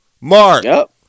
Mark